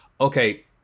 Okay